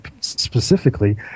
specifically